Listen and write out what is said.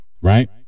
Right